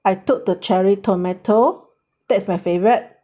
I took the cherry tomato that's my favourite